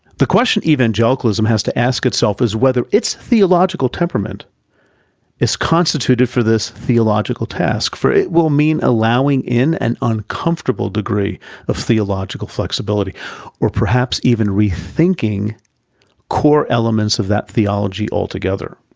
the question evangelicalism has to ask itself is whether its theological temperament is constituted for this theological task, for it will mean allowing in an uncomfortable degree of theological flexibility or perhaps even rethinking core elements of that theology altogether.